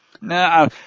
no